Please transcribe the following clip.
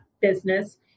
business